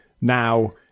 now